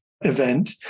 event